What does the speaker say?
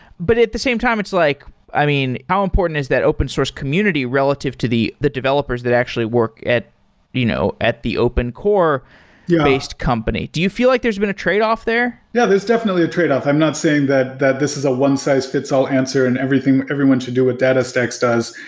but at the same time, it's like i mean, how important is that open source community relative to the the developers that actually work at you know at the open core yeah based company? do you feel like there's been a tradeoff there? yeah. there's definitely a tradeoff. i'm not saying that that this is a one-size-fits-all answer and everyone should do what datastax does.